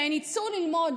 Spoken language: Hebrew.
שהן יצאו ללמוד,